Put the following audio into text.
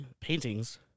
paintings